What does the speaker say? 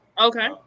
Okay